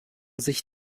sich